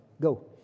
Go